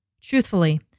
Truthfully